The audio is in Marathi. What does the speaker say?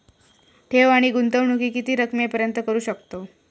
ठेव आणि गुंतवणूकी किती रकमेपर्यंत करू शकतव?